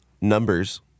numbers